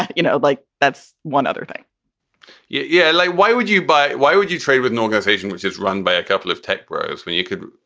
and you know, like that's one other thing yeah. yeah like why would you buy. why would you trade with an organization which is run by a couple of tech pros when you could,